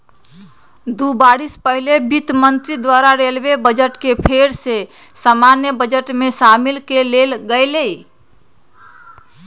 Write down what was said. दू बरिस पहिले वित्त मंत्री द्वारा रेलवे बजट के फेर सँ सामान्य बजट में सामिल क लेल गेलइ